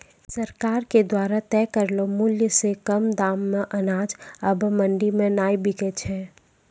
सरकार के द्वारा तय करलो मुल्य सॅ कम दाम मॅ अनाज आबॅ मंडी मॅ नाय बिकै छै